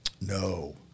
No